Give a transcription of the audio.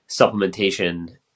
supplementation